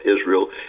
Israel